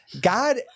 God